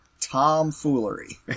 tomfoolery